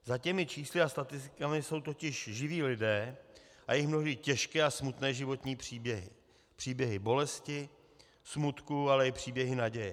Za těmi čísly a statistikami jsou totiž živí lidé a jejich mnohdy těžké a smutné životní příběhy, příběhy bolesti, smutku, ale i příběhy naděje.